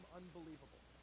unbelievable